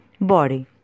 body